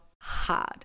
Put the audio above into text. hard